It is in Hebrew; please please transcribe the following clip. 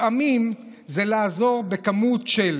לפעמים זה לעזור בכמות של